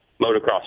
motocross